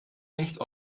nicht